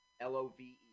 L-O-V-E